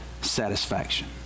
satisfaction